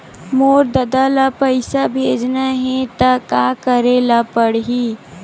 मोर ददा ल पईसा भेजना हे त का करे ल पड़हि?